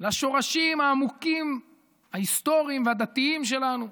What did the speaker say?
לשורשים העמוקים ההיסטוריים והדתיים שלנו.